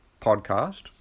podcast